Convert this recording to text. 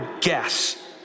guess